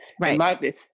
Right